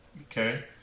Okay